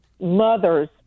mothers